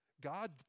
God